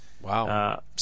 Wow